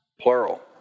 Plural